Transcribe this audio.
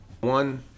one